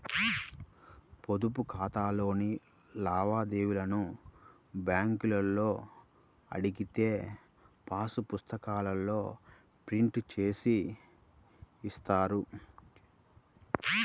పొదుపు ఖాతాలోని లావాదేవీలను బ్యేంకులో అడిగితే పాసు పుస్తకాల్లో ప్రింట్ జేసి ఇస్తారు